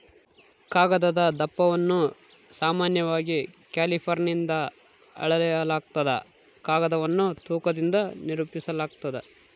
ಕಾಗದದ ದಪ್ಪವನ್ನು ಸಾಮಾನ್ಯವಾಗಿ ಕ್ಯಾಲಿಪರ್ನಿಂದ ಅಳೆಯಲಾಗ್ತದ ಕಾಗದವನ್ನು ತೂಕದಿಂದ ನಿರೂಪಿಸಾಲಾಗ್ತದ